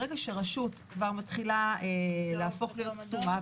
ברגע שרשות מתחילה להפוך לכתומה,